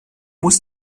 muss